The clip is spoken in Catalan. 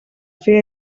fer